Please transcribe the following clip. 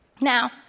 Now